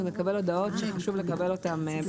הוא מקבל הודעות שחשוב לקבל אותן.